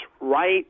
right